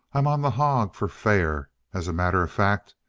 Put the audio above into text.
i'm on the hog for fair, as a matter of fact.